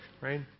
right